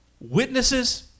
witnesses